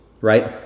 right